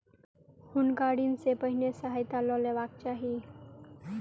हुनका ऋण सॅ पहिने सहायता लअ लेबाक चाही